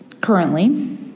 currently